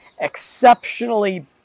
exceptionally